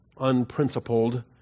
unprincipled